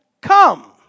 Come